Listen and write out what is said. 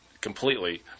completely